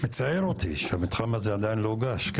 מצער אותי שהמתחם הזה עדיין לא הוגש.